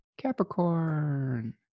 Capricorn